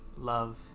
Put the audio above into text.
Love